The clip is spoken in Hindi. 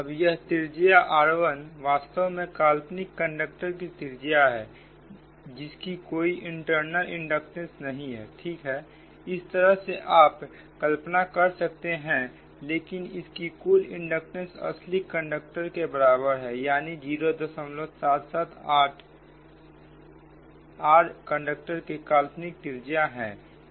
अब यह त्रिज्या r1 वास्तव में काल्पनिक कंडक्टर की त्रिज्या है जिसकी कोई इंटरनल इंडक्टेंस नहीं है ठीक है इस तरह से आप कल्पना कर सकते हैं लेकिन इसकी कुल इंडक्टेंस असली कंडक्टर के बराबर है यानी 07788 r कंडक्टर के काल्पनिक त्रिज्या है